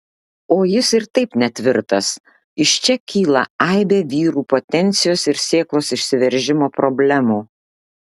o jis ir taip netvirtas iš čia kyla aibė vyrų potencijos ir sėklos išsiveržimo problemų